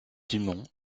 dumont